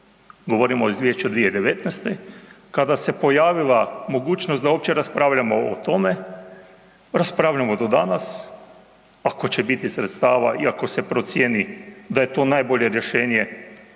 izvješću od 2019., kada se pojavila mogućnost da uopće raspravljamo o tome, raspravljamo do danas, ako će biti sredstava i ako se procijeni da je to najbolje rješenje,